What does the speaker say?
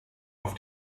auf